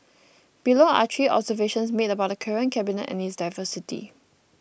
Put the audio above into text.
below are three observations made about the current cabinet and its diversity